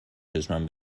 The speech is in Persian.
چشمم